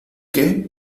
qué